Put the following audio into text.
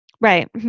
Right